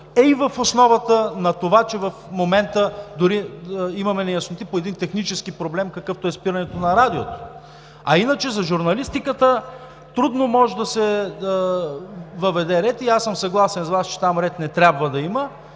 и в основата на това, че в момента дори имаме неясноти по един технически проблем, какъвто е спирането на Радиото. А иначе, за журналистиката трудно може да се въведе ред и аз съм съгласен с Вас, че там ред не трябва да има,